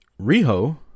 Riho